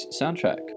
soundtrack